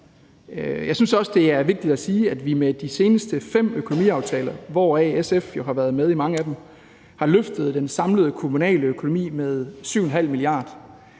Jeg synes også, det er vigtigt at sige, at vi med de seneste fem økonomiaftaler, hvor SF jo har været med i mange af dem, har løftet den samlede kommunale økonomi med 7,5 mia. kr.